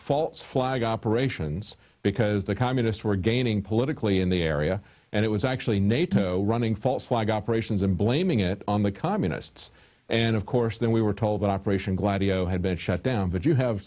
false flag operations because the communists were gaining politically in the area and it was actually nato running false flag operations and blaming it on the communists and of course then we were told that operation gladio had been shut down but you have